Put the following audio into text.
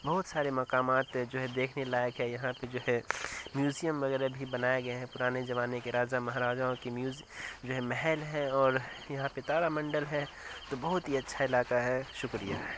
بہت سارے مکامات جو ہے دیکھنے لائک ہے یہاں پہ جو ہے میوزیم وغیرہ بھی بنایا گیے ہیں پرانے زمانے کے راجا مہاراجاؤں کی میوز جو ہے محل ہیں اور یہاں تارا منڈل ہے تو بہت ہی اچھا علاقہ ہے شکریہ